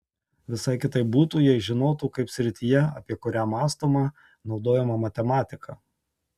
visai kitaip būtų jei žinotų kaip srityje apie kurią mąstoma naudojama matematika